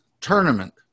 tournament